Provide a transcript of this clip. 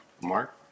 Mark